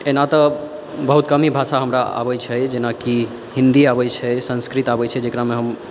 ओना तऽ बहुत कम ही भाषा हमरा आबै छै जेना कि हिन्दी आबै छै संस्कृत आबै छै जेकरामे हम